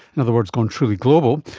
in other words gone truly global,